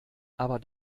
aber